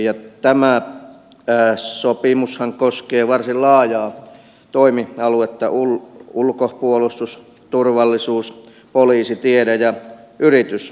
tämä sopimushan koskee varsin laajaa toimi aluetta ulko puolustus turvallisuus poliisi tiede ja yritysasioita